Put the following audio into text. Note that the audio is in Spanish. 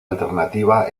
alternativa